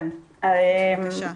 בבקשה.